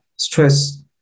stress